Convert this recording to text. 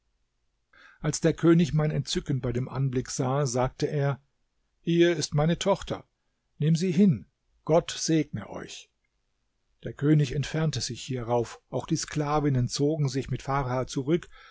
als der könig mein entzücken bei dem anblick sah sagte er hier ist meine tochter nimm sie hin gott segne euch der könig entfernte sich hierauf auch die sklavinnen zogen sich mit farha zurück